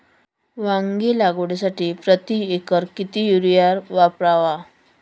वांगी लागवडीसाठी प्रति एकर किती युरिया वापरावा?